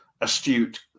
astute